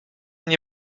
nie